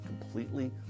completely